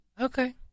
Okay